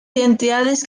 identidades